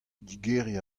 digeriñ